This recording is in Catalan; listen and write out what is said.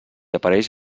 apareix